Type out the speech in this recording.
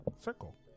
circle